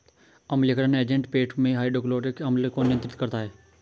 अम्लीयकरण एजेंट पेट में हाइड्रोक्लोरिक अम्ल को नियंत्रित करता है